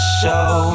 show